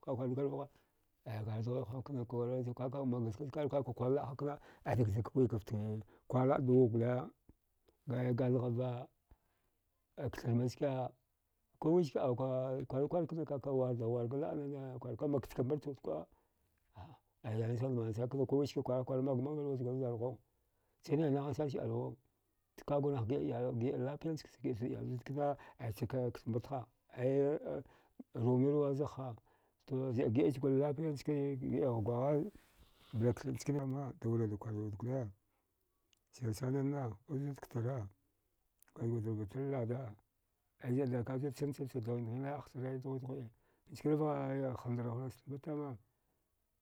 Kakwardir kwar vagha aya chara juwaghvaha kna kwara kaka mangaskiya skarwa kakakwar laə hakna aya dagjak wikafte kwarlaə dwa gole wala gathghava ktharmaske kuwiska auka kwarukwarkna kaka wardauwar laənada kwarka makthaka mbarchwud kuəa, a. a nasana mansankna kuwiske kwaragh kwara maguma magwa luwachgura vjarhuwau chanai nahanasancha ilawaw kagurnahcha giəa lafiya njakcha giəa chud iyawa zudkna aya chaka kathmbartha aya rumiruwa zaghha to zəa giɗi chgur lafiya chke giəan gwagha blak nchanivama daurada kwarwiwad gole sirsananna us zudktara gwadjgaft da rubuttri lada ai zəada kada chanchnachud dghin dghina hasta laəi dughude dughude nchkana vaha aya haldar hlasta mbatama